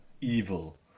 evil